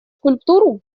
скульптуру